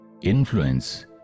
influence